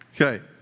Okay